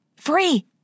Free